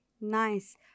Nice